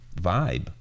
vibe